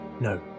no